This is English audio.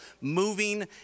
moving